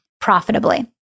profitably